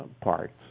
parts